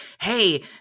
hey